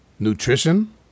Nutrition